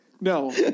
No